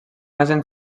agent